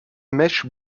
mèche